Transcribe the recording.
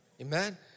Amen